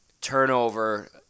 turnover